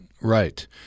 Right